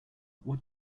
what